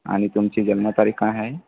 आणि तुमची जन्मतारीख काय आहे